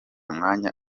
mwanya